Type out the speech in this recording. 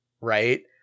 right